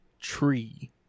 tree